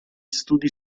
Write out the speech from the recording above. studi